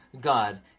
God